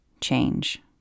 change